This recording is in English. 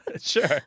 Sure